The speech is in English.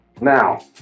Now